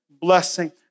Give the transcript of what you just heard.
blessing